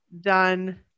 done